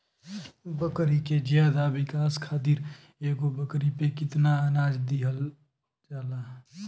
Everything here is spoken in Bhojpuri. बकरी के ज्यादा विकास खातिर एगो बकरी पे कितना अनाज देहल जाला?